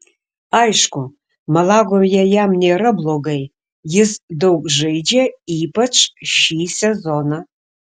aišku malagoje jam nėra blogai jis daug žaidžia ypač šį sezoną